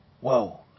Whoa